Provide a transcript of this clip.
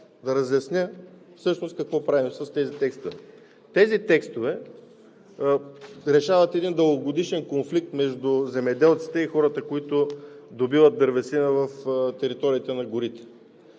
да разясня какво правим с тези текстове. Тези текстове решават един дългогодишен конфликт между земеделците и хората, които добиват дървесина в териториите на горите,